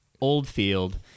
oldfield